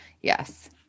Yes